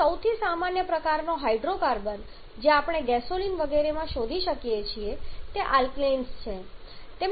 હવે સૌથી સામાન્ય પ્રકારનો હાઇડ્રોકાર્બન જે આપણે ગેસોલિન વગેરેમાં શોધી શકીએ છીએ તે આલ્કેન્સ છે